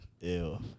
Ew